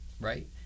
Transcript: right